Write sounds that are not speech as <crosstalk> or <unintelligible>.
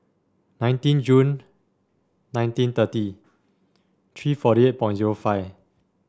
nineteen June nineteen thirty three forty eight <unintelligible> zero five